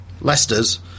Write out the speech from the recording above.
Leicester's